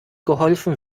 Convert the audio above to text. geholfen